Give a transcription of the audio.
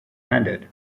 handed